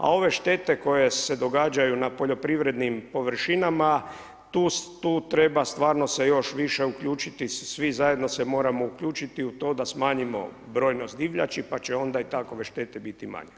Ove štete koje se događaju na poljoprivrednim površinama tu treba stvarno se još više uključiti, svi zajedno se moramo uključiti u to da smanjimo brojnost divljači pa će onda i takove štete biti manje.